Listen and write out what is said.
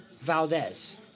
Valdez